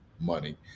money